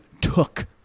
took